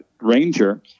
ranger